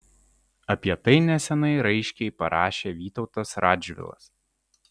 apie tai neseniai raiškiai parašė vytautas radžvilas